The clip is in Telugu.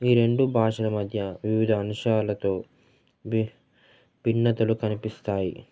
ఈ రెండు భాషల మధ్య వివిధ అంశాలతో బి భిన్నతలు కనిపిస్తాయి